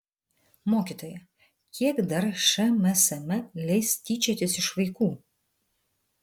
mokytoja kiek dar šmsm leis tyčiotis iš vaikų